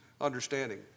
understanding